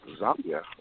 Zambia